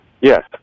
Yes